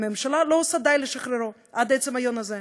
והממשלה לא עושה די לשחררו עד עצם היום הזה,